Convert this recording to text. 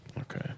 Okay